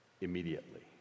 Immediately